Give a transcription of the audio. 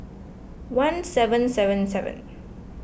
one seven seven seven